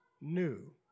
new